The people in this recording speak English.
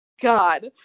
God